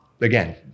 again